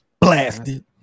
blasted